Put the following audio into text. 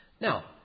Now